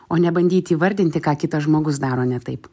o nebandyti įvardinti ką kitas žmogus daro ne taip